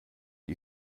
you